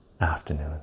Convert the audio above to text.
afternoon